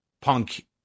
punk